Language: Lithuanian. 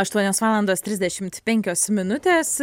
aštuonios valandos trisdešimt penkios minutės